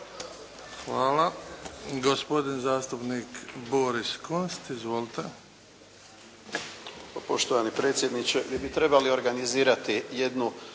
Hvala. Gospodin zastupnik Boris Kunst. Izvolite.